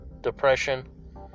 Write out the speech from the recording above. depression